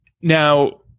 Now